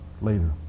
later